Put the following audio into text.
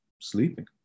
sleeping